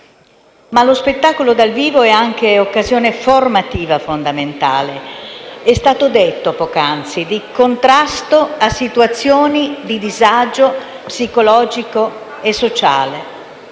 Lo spettacolo dal vivo è però anche occasione formativa fondamentale e - come detto poc'anzi - di contrasto a situazioni di disagio psicologico e sociale,